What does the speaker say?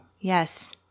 Yes